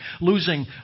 losing